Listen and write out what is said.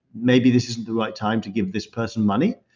maybe this isn't the right time to give this person money.